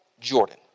Jordan